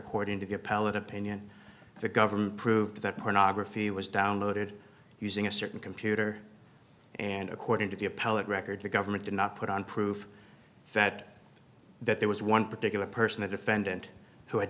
according to the appellate opinion the government proved that pornography was downloaded using a certain computer and according to the appellate record the government did not put on proof that that there was one particular person the defendant who had